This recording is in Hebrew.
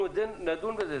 אנחנו נדון בזה.